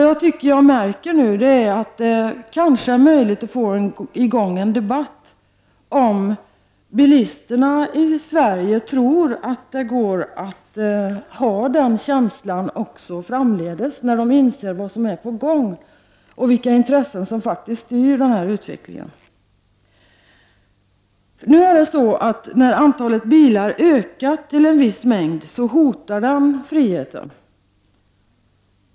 Jag tycker mig nu märka att det kanske är möjligt att få i gång en debatt om huruvida bilisterna i Sverige tror att det går att ha kvar den känslan framledes när de inser vad som är på gång och vilka intressen som faktiskt styr den här utvecklingen. När antalet bilar ökar till en viss mängd hotar de friheten.